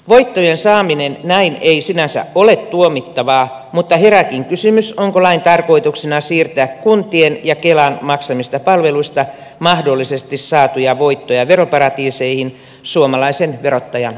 voittojen saaminen näin ei sinänsä ole tuomittavaa mutta herääkin kysymys onko lain tarkoituksena siirtää kuntien ja kelan maksamista palveluista mahdollisesti saatuja voittoja veroparatiiseihin suomalaisen verottajan ulottumattomiin